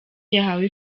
yahawe